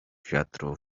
wiatru